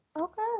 Okay